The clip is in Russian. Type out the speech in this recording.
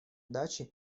дачи